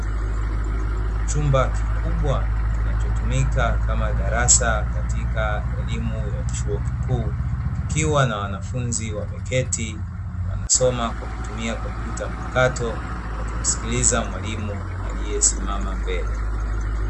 Chumba kikubwa kinachotumika kama darasa, katika elimu ya chuo kikuu, kikiwa na wanafunzi wameketi, wanasoma kwa kutumia kompyuta mpakato, wakimsikiliza mwalimu aliyesimama mbele.